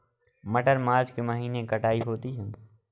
मटर मार्च के महीने कटाई होती है?